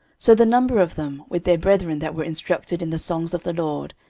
so the number of them, with their brethren that were instructed in the songs of the lord,